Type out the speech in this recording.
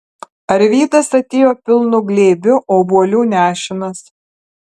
arvydas atėjo pilnu glėbiu obuolių nešinas